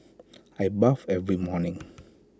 I bathe every morning